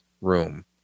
room